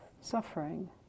suffering